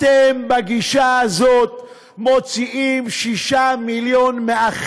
זה לא נכון, מיקי.